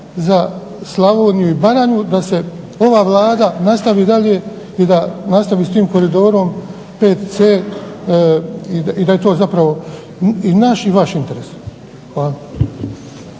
za Slavoniju i Baranju da se ova Vlada nastavi dalje i da nastavi s tim koridorom 5C i da je to zapravo i naš i vaš interes. Hvala.